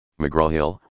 McGraw-Hill